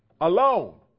alone